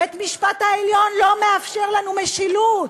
בית-המשפט העליון לא מאפשר לנו משילות.